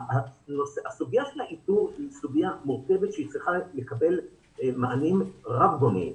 הסוגיה של האיתור היא סוגיה מורכבת שצריכה לקבל מענים רבגוניים.